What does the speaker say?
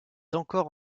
encore